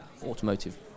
automotive